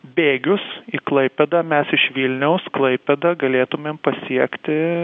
bėgius į klaipėdą mes iš vilniaus klaipėdą galėtumėm pasiekti